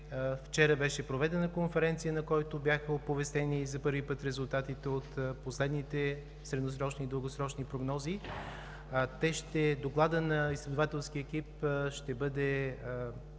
вчера беше проведена конференция, на която бяха оповестени за първи път резултатите от последните средносрочни и дългосрочни прогнози. Докладът на изследователския екип ще бъде